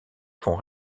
font